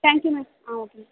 thank you ma'am ah okay ma'am